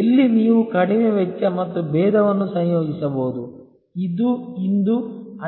ಎಲ್ಲಿ ನೀವು ಕಡಿಮೆ ವೆಚ್ಚ ಮತ್ತು ಭೇದವನ್ನು ಸಂಯೋಜಿಸಬಹುದು ಇದು ಇಂದು